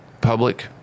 public